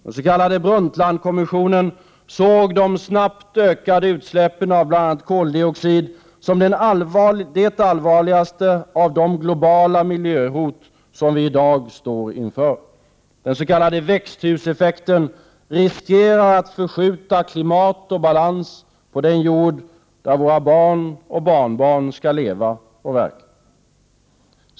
Den s.k. Brundtlandkommissionen såg de snabbt ökande utsläppen av bl.a. koldioxid som det allvarligaste av de globala miljöhot som vi i dag står inför. Det finns en risk för att den s.k. växthuseffekten förskjuter klimat och balans på den jord där våra barn och barnbarn skall leva och verka.